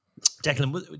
Declan